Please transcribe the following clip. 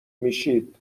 میشید